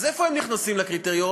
אז איפה הם נכנסים לקריטריון?